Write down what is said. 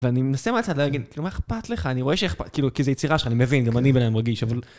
ואני מנסה מהצד להגיד, כאילו, מה אכפת לך? אני רואה שאיכפת, כאילו, כי זה יצירה שלך, אני מבין, גם אני בן אדם רגיש, אבל...